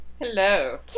Hello